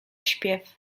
śpiew